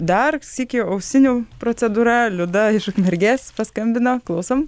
dar sykį ausinių procedūra liuda iš ukmergės paskambino klausom